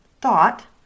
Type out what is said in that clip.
thought